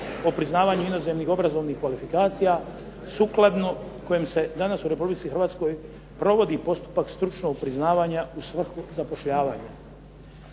o priznavanju inozemnih obrazovnih kvalifikacija sukladno kojem se danas u Republici Hrvatskoj provodi postupak stručnog priznavanja u svrhu zapošljavanja.